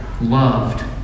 Loved